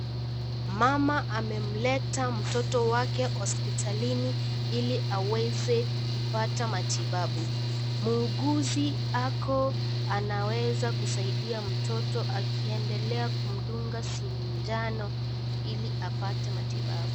Mama amemleta mtoto wake hospitalini iliaweze kupata matibabu, muuguzi ako anaweza kusaidia mtoto akiendelea akimdunga sindano iliapate matibabu.